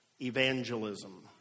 evangelism